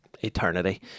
eternity